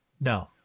No